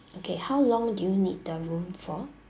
okay how long do you need the room for